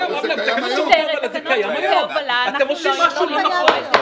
אתם עושים משהו לא נכון.